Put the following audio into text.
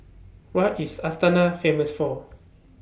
What IS Astana Famous For